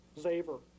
zaver